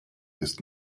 ist